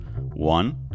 One